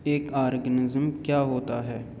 ایک آرگنزم کیا ہوتا ہے